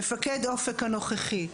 מפקד אופק הנוכחי,